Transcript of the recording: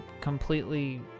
completely